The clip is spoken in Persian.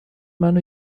منو